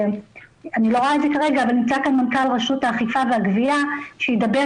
אני לא רואה כרגע אבל נמצא כאן מנכ"ל רשות האכיפה והגבייה שידבר,